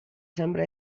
sembra